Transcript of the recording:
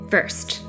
First